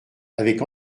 avec